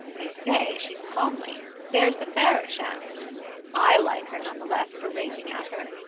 they say she's comely there's the fairer chance i like her none the less for rating at her!